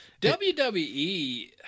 WWE